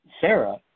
Sarah